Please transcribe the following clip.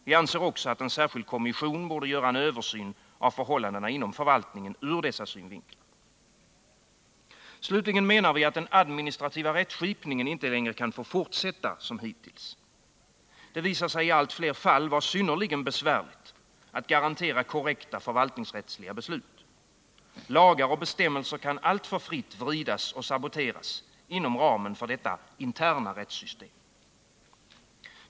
Vi anser också att en särskild kommission borde göra en översyn av förhållandena inom förvaltningen ur dessa synvinklar. Slutligen menar vi att den administrativa rättskipningen inte längre kan få fortsätta som hittills. Det visar sig i allt fler fall vara synnerligen besvärligt att garantera korrekta förvaltningsrättsliga beslut. Lagar och bestämmelser kan alltför fritt vridas och saboteras inom ramen för detta interna rättssystem.